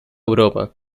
europa